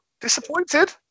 Disappointed